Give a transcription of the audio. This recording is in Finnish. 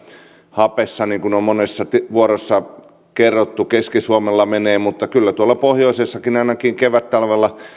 hapessa niin kuin on monessa puheenvuorossa kerrottu keski suomella menee hyvin mutta kyllä tuolla pohjoisessakin ainakin kevättalvella